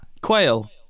Quail